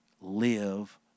live